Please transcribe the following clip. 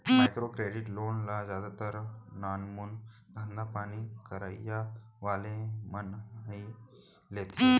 micro credit loan ल जादातर नानमून धंधापानी करइया वाले मन ह ही लेथे